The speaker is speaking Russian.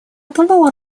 этого